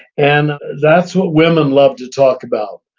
and that's what women love to talk about,